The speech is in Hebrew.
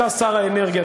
אתה שר האנרגיה.